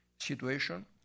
situation